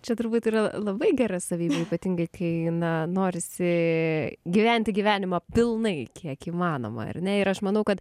čia turbūt yra labai gera savybė ypatingai kai na norisi gyventi gyvenimą pilnai kiek įmanoma ar ne ir aš manau kad